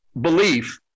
belief